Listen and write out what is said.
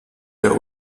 der